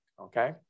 okay